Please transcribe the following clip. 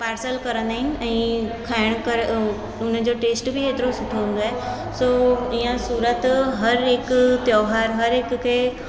parcel कंदा आहिनि ऐं खाइण करे उहो हुनजो टेस्ट बि हेतिरो सुठो हूंदो आहे सो इअं सूरत हर हिकु त्योहार हर हिक खे